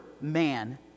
man